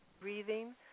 breathing